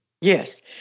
Yes